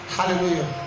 Hallelujah